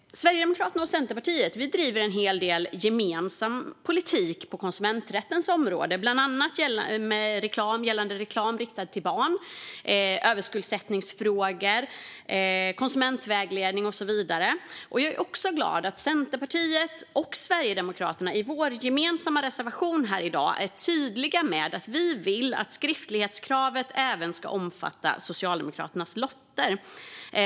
Sverigedemokraterna och Centerpartiet driver en hel del gemensam politik på konsumenträttens område, bland annat när det gäller reklam riktad till barn, överskuldsättningsfrågor, konsumentvägledning och så vidare. Jag är också glad över att Centerpartiet och Sverigedemokraterna i vår gemensamma reservation här i dag är tydliga med att vi vill att skriftlighetskravet även ska omfatta Socialdemokraternas lotter.